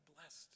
blessed